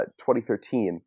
2013